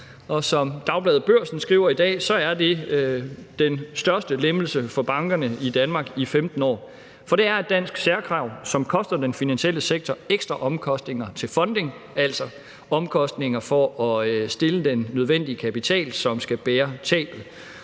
som Dagbladet Børsen i dag skriver, er det den største lempelse for bankerne i Danmark i 15 år. For det er et dansk særkrav, som giver den finansielle ekstra omkostninger til funding, altså omkostninger til at kunne stille den nødvendige kapital, som skal bære tabet.